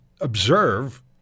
observe